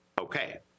Okay